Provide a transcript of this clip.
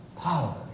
Power